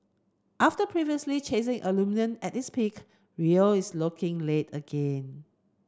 after previously chasing aluminium at its peak Rio is looking late again